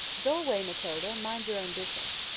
go away, matilda, and mind your own business.